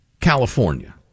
California